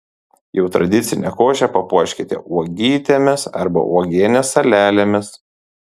jau tradicinę košę papuoškite uogytėmis arba uogienės salelėmis